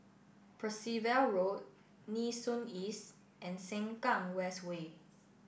Percival Road Nee Soon East and Sengkang West Way